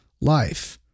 life